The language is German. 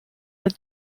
der